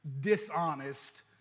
dishonest